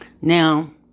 Now